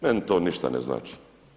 Meni to ništa ne znači.